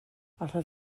allet